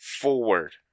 forward